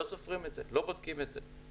לא סופרים את זה, לא בודקים את זה.